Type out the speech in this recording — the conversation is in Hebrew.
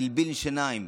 הוא הלבין שיניים